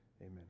amen